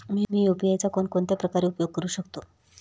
मी UPI चा कोणकोणत्या प्रकारे उपयोग करू शकतो?